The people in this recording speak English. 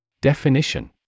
Definition